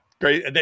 Great